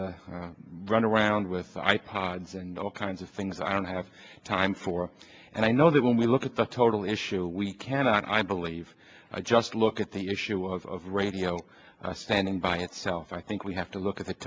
run around with i pods and all kinds of things i don't have time for and i know that when we look at the total issue we can i believe i just look at the issue of radio standing by itself i think we have to look at the